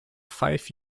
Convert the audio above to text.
five